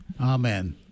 amen